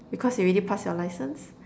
because you already passed your license